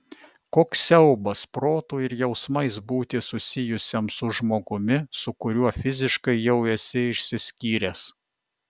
koks siaubas protu ir jausmais būti susijusiam su žmogumi su kuriuo fiziškai jau esi išsiskyręs